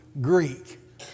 Greek